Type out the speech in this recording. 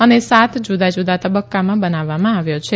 અને સાત જુદા જુદા તબક્કામાં બનાવવામાં આવેલ છે